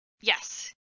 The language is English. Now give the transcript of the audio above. Yes